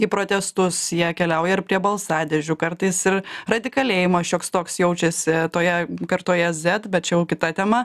į protestus jie keliauja ir prie balsadėžių kartais ir radikalėjimo šioks toks jaučiasi toje kartoje zet bet čia jau kita tema